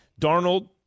Darnold